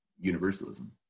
Universalism